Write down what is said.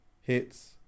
Hits